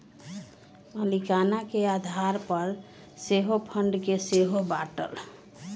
मलीकाना के आधार पर सेहो फंड के सेहो बाटल